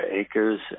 acres